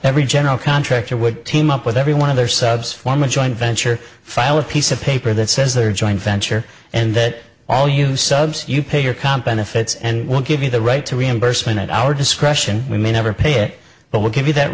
every general contractor would team up with every one of their subs form a joint venture file a piece of paper that says their joint venture and that all you subs you pay your company fits and we'll give you the right to reimbursement at our discretion we may never pay it but we'll give you that